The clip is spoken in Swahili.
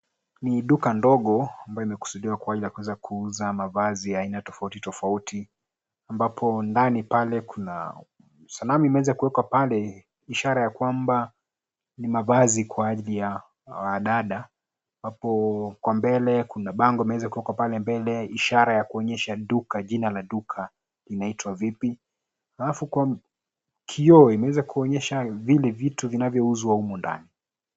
Ni duka ndogo ambayo imekususidiwa kuwa ya kuuza mavazi ya aina tofauti tofauti, ambapo ndani pale kuna, sanamu imeweza kuwekwa pale, ishara ya kwamba, ni mavazi kwa ajili ya, wanadada, hapo kwa mbele kuna bango imeweza kuwekwa pale mbele ishara ya kuonyesha duka jina la duka, linaitwa vipi, halafu kwa, kioo imeweza kuonyesha vile vitu vinavyouzwa humu ndani.